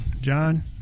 John